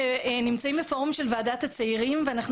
נמצאים בפורום של ועדת הצעירים ואנחנו